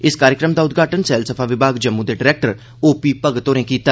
इस कार्यक्रम दा उद्घाटन सैलसफा विमाग जम्मू दे डरैक्टर ओ पी भगत होरें कीता